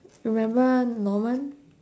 remember norman